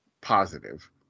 positive